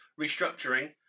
restructuring